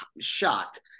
shocked